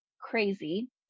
crazy